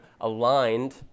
aligned